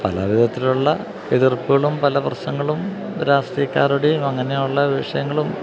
പല വിധത്തിലുള്ള എതിർപ്പുകളും പല പ്രശ്നങ്ങളും രാഷ്ട്രീയക്കാരുടെയും അങ്ങനെയുള്ള വിഷയങ്ങളും